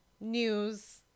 news